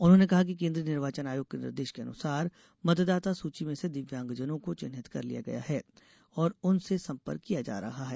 उन्होंने कहा कि केन्द्रीय निर्वाचन आयोग के निर्देश के अनुसार मतदाता सूची में से दिव्यांगजनों को चिहिन्त कर लिया गया है और उनसे संपर्क किया जा रहा है